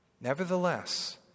Nevertheless